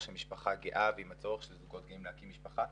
של משפחה גאה ועם הצורך של זוגות גאים להקים משפחה.